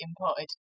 imported